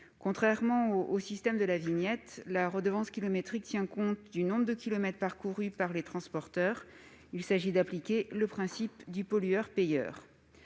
Contrairement au système de la vignette, la redevance kilométrique tient compte du nombre de kilomètres parcourus par les transporteurs. Il s'agit d'appliquer le principe du pollueur-payeur.